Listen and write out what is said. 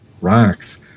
rocks